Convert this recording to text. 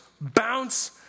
bounce